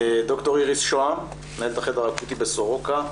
ד"ר איריס שהם מנהלת החדר האקוטי בסורוקה,